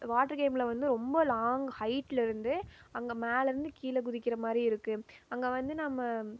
water கேமில் வந்து ரொம்ப லாங் ஹயிட்லிருந்து அங்கே மேலிருந்து கீழே குதிக்கிற மாதிரி இருக்குது அங்கே வந்து நம்ம